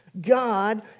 God